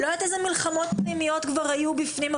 אני לא יודעת איזה מלחמות פנימיות היו בפנים,